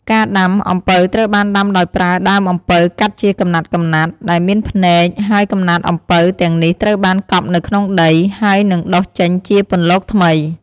ការដាំ អំពៅត្រូវបានដាំដោយប្រើដើមអំពៅកាត់ជាកំណាត់ៗ ដែលមានភ្នែក ហើយកំណាត់អំពៅទាំងនេះត្រូវបានកប់នៅក្នុងដី ហើយនឹងដុះចេញជាពន្លកថ្មី។